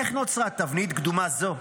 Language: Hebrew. איך נוצרה תבנית קדומה זו?